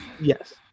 Yes